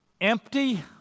Empty